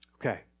Okay